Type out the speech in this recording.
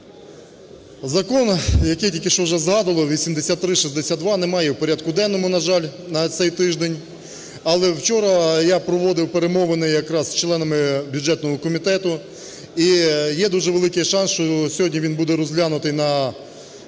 Закону, який тільки що вже згадували – 8362, немає в порядку денному, на жаль, на цей тиждень. Але вчора я проводив перемовини якраз з членами бюджетного комітету, і є дуже великий шанс, що сьогодні він буде розглянутий на